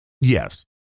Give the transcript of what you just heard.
Yes